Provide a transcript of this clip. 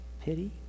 pity